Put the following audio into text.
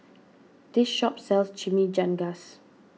this shop sells Chimichangas